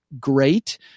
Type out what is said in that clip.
great